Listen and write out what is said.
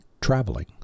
traveling